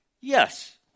Yes